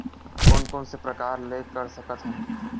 कोन कोन से प्रकार ले कर सकत हन?